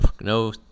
no